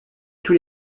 tous